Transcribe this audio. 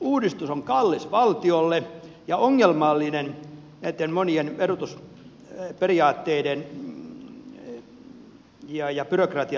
uudistus on kallis valtiolle ja ongelmallinen näitten monien verotusperiaatteiden ja byrokratian lisääntymisen takia